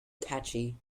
catchy